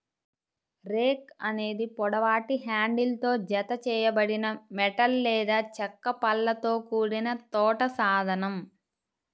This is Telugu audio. రేక్ అనేది పొడవాటి హ్యాండిల్తో జతచేయబడిన మెటల్ లేదా చెక్క పళ్ళతో కూడిన తోట సాధనం